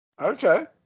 Okay